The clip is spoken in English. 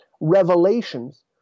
revelations